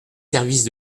services